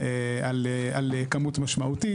האופטימית על כמות משמעותית.